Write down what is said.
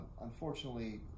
unfortunately